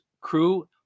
Crew